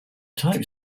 type